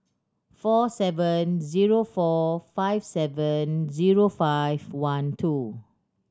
four seven zero four five seven zero five one two